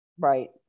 Right